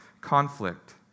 conflict